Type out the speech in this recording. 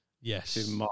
yes